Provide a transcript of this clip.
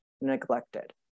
neglected